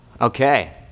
okay